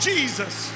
Jesus